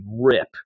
rip